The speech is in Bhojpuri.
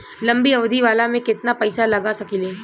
लंबी अवधि वाला में केतना पइसा लगा सकिले?